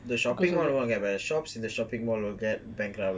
the shopping mall won't get affected shops in the shopping mall will get bankrupted lah